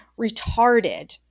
retarded